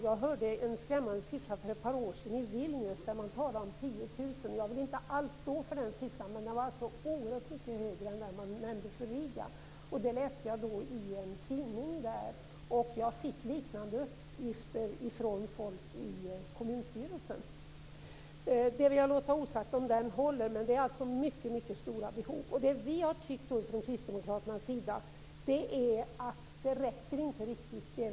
Jag hörde en skrämmande siffra för ett par år sedan, då man talade om 10 000 i Vilnius. Jag vill inte stå för den siffran, men den var oerhört mycket högre än den man nämnde för Riga. Jag läste den i en tidning. Jag fick liknande uppgifter från folk i kommunstyrelsen. Jag vill låta vara osagt om den siffran håller, men det är alltså mycket stora behov. Från Kristdemokraternas sida har vi tyckt att det man gör inte riktigt räcker.